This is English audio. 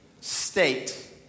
state